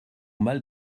mal